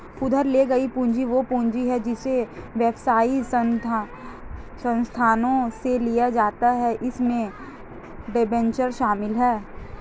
उधार ली गई पूंजी वह पूंजी है जिसे व्यवसाय संस्थानों से लिया जाता है इसमें डिबेंचर शामिल हैं